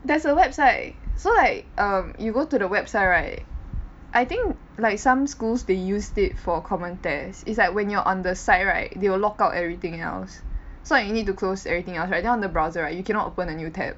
there's a website so like um you go to the website right I think like some schools they used it for common test is like when you're on the site right they will lock out everything else so you need to close everything else right then on the browser right you cannot open a new tab